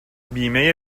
بیمه